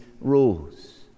rules